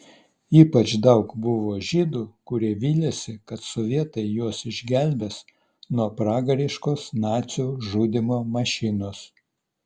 ypač daug buvo žydų kurie vylėsi kad sovietai juos išgelbės nuo pragariškos nacių žudymo mašinos